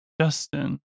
Justin